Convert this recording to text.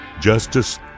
justice